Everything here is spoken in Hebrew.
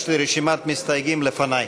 יש לי רשימת מסתייגים לפני.